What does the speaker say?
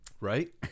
right